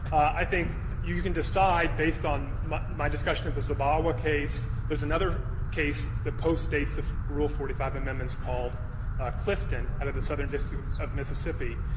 i think you could decide based on my my discussion of the zabawa case. there's another case that postdates the rule forty five amendments, called clifton, out of the southern district of of mississippi.